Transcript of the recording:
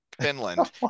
Finland